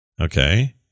Okay